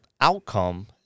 outcome